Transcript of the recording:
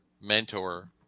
mentor